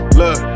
look